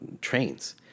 trains